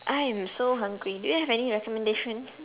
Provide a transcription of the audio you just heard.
I am so hungry do you have any recommendation